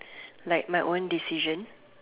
like my own decision